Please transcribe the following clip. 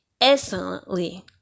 excellently